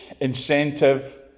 incentive